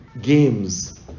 games